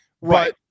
Right